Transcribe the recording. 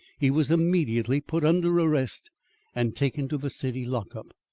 he was immediately put under arrest and taken to the city lock-up.